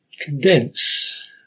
condense